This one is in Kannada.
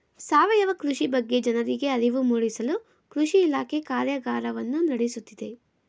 ಸಾವಯವ ಕೃಷಿ ಬಗ್ಗೆ ಜನರಿಗೆ ಅರಿವು ಮೂಡಿಸಲು ಕೃಷಿ ಇಲಾಖೆ ಕಾರ್ಯಗಾರವನ್ನು ನಡೆಸುತ್ತಿದೆ